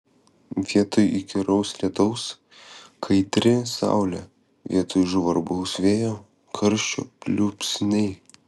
vietoj įkyraus lietaus kaitri saulė vietoj žvarbaus vėjo karščio pliūpsniai